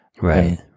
Right